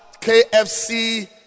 kfc